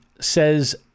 says